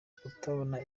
kutabona